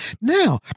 Now